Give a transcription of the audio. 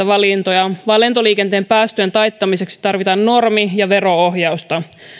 valintoja vaan lentoliikenteen päästöjen taittamiseksi tarvitaan normi ja vero ohjausta